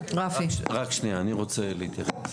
רק שהמדינה --- אני רוצה להתייחס.